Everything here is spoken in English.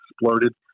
exploded